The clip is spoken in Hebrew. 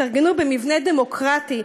התארגנו במבנה דמוקרטי.